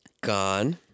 Gone